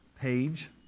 page